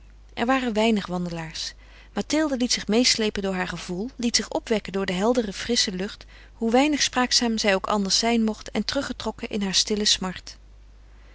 er waren weinig wandelaars mathilde liet zich meêsleepen door haar gevoel liet zich opwekken door de heldere frissche lucht hoe weinig spraakzaam zij ook anders zijn mocht en teruggetrokken in haar stille smart